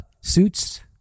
suits